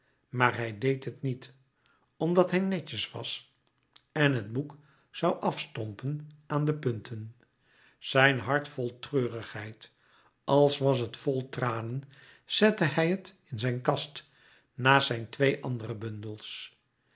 maar hij deed het niet omdat hij louis couperus metamorfoze netjes was en het boek zoû afstompen aan de punten zijn hart vol treurigheid als was het vol tranen zette hij het in zijn kast naast zijn twee andere bundels